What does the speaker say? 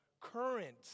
current